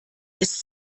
ist